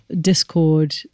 discord